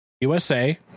USA